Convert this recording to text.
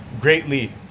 greatly